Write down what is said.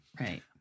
Right